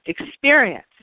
experience